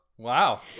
Wow